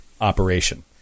operation